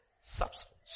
substance